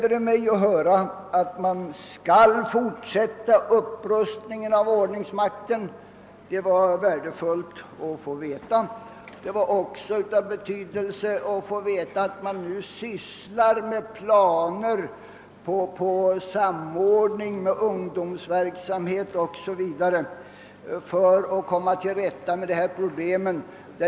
Det gläder mig att höra att man skall fortsätta upprustningen av ordningsmakten. Det var värdefullt att få veta. Det var också av betydelse att få veta att man nu har planer på samordning med ungdomsverksamhet m.m. för att komma till rätta med dessa problem.